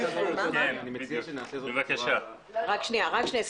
אני מציע שנעשה את זה בצורה הבאה, פשוט